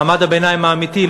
מעמד הביניים האמיתי,